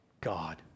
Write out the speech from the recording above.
God